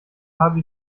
habe